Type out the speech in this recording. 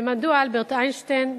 ומדוע אלברט איינשטיין?